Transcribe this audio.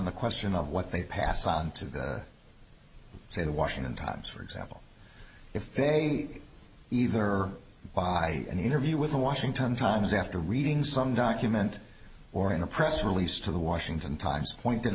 the question of what they pass on to say the washington times for example if they meet either by an interview with the washington times after reading some document or in a press release to the washington times pointed